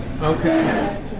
okay